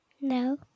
No